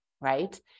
Right